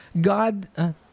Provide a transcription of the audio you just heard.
God